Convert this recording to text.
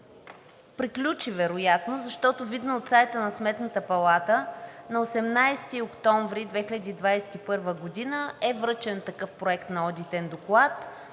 приключи вероятно, защото видно от сайта на Сметната палата, на 18 октомври 2021 г. е връчен такъв проект на одитен